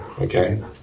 Okay